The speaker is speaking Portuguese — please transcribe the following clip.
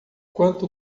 quanto